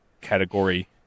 category